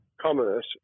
commerce